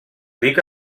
dic